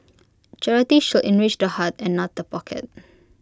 charity should enrich the heart and not the pocket